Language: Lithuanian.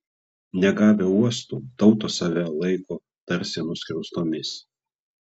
negavę uostų tautos save laiko tarsi nuskriaustomis